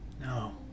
No